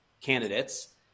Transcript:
candidates